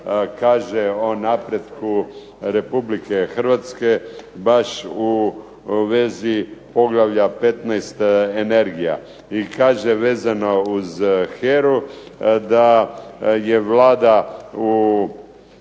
kaže o napretku RH, baš u vezi poglavlja 15.-Energija. I kaže vezano uz HERA-u da je Vlada u